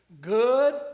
Good